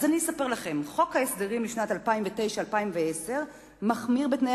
אז אני אספר לכם: חוק ההסדרים לשנים 2009 2010 מחמיר בתנאי